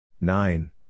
Nine